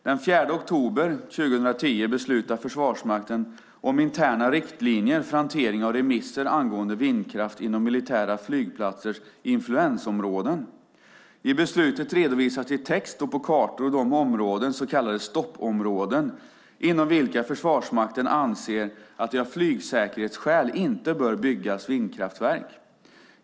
Den 4 oktober 2010 beslutade Försvarsmakten om interna riktlinjer för hantering av remisser angående vindkraft inom militära flygplatsers influensområden. I beslutet redovisas i text och på kartor de områden - så kallade stoppområden - inom vilka Försvarsmakten anser att det av flygsäkerhetsskäl inte bör byggas vindkraftverk.